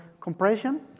compression